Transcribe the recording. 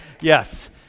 Yes